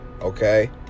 Okay